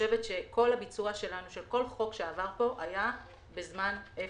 כל ביצוע שלנו של כל חוק שעבר פה היה בזמן אפס.